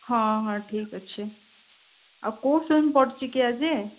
ହଁ ହଁ ଠିକ୍ ଅଛି ଆଉ କେଉଁ ଫିଲ୍ମ ପଡ଼ିଛି କି ଆଜି